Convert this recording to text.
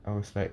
I was like